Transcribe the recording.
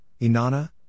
Inanna